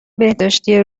بهداشتی